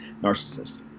narcissist